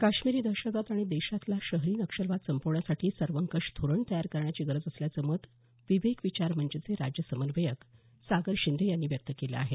काश्मिरी दहशतवाद आणि देशातला शहरी नक्षलवाद संपवण्यासाठी सर्वंकष धोरण तयार करण्याची गरज असल्याचं मत विवेक विचार मंचचं राज्य समन्वयक सागर शिंदे यांनी व्यक्त केलं आहे